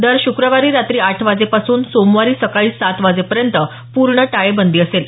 दर शुक्रवारी रात्री आठ वाजेपासून सोमवारी सकाळी सात वाजेपर्यंत पूर्ण टाळेबंदी असेल